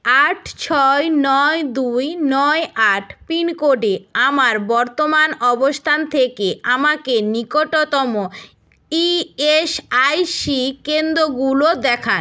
আট ছয় নয় দুই নয় আট পিন কোডে আমার বর্তমান অবস্থান থেকে আমাকে নিকটতম ইএসআইসি কেন্দ্রগুলো দেখান